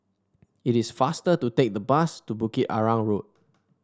it is faster to take the bus to Bukit Arang Road